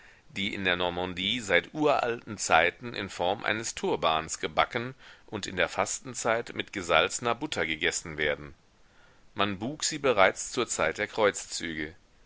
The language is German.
die in der normandie seit uralten zeiten in form eines turbans gebacken und in der fastenzeit mit gesalzner butter gegessen werden man buk sie bereits zur zeit der kreuzzüge